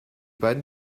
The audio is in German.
beiden